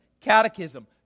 catechism